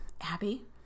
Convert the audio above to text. abby